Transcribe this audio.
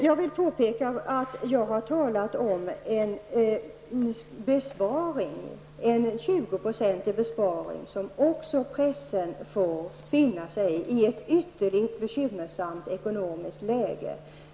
Jag har talat om 20-procentiga besparingar i i ett ytterligt bekymmersamt ekonomiskt läge.